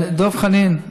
דב חנין,